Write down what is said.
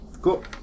Cool